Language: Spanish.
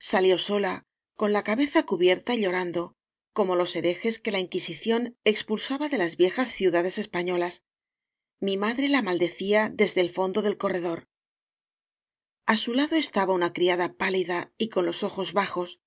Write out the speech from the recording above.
salió sola con la cabeza cubierta y lloran do como los herejes que la inquisición ex pulsaba de las viejas ciudades españolas mi madre la maldecía desde el fondo del corre dor a su lado estaba una criada pálida y con los ojos bajos